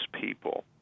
people